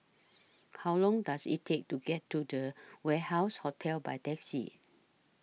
How Long Does IT Take to get to The Warehouse Hotel By Taxi